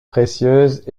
précieuses